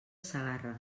segarra